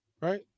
right